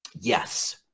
Yes